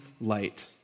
light